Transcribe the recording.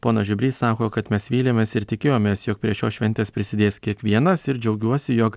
ponas žiubrys sako kad mes vylėmės ir tikėjomės jog prie šios šventės prisidės kiekvienas ir džiaugiuosi jog